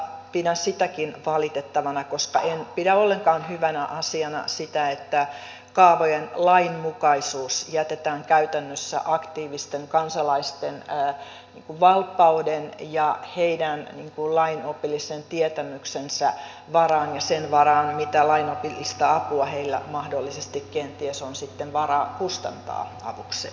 pidän sitäkin valitettavana koska en pidä ollenkaan hyvänä asiana sitä että kaavojen lainmukaisuus jätetään käytännössä aktiivisten kansalaisten valppauden ja heidän lainopillisen tietämyksensä varaan ja sen varaan mitä lainopillista apua heillä mahdollisesti kenties on sitten varaa kustantaa avukseen